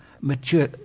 mature